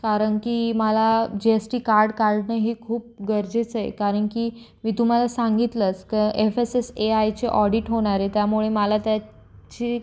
कारण की मला जी एस टी कार्ड काढणं हे खूप गरजेचं आहे कारण की मी तुम्हाला सांगितलंच क एफ एस एस ए आयचे ऑडिट होणार आहे त्यामुळे मला त्याची